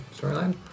storyline